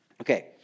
Okay